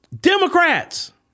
Democrats